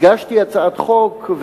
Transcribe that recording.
הגשתי הצעת חוק,